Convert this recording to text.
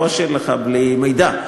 לא אשאיר אותך בלי מידע,